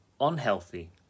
unhealthy